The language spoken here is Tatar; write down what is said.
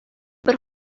бер